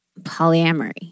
polyamory